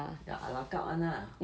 the a la carte [one] lah